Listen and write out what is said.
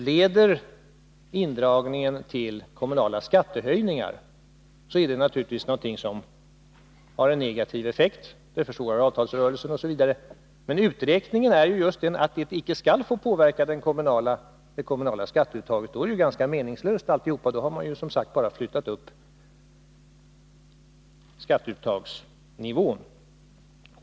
Leder indragningen till kommunala skattehöjningar får den naturligtvis en negativ effekt — det försvårar avtalsrörelsen, osv. Men uträkningen är ju just att den icke skall få påverka det kommunala skatteuttaget! Gör den det är hela operationen ganska meningslös. Då har man bara flyttat upp skatteuttagsnivån.